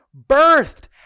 Birthed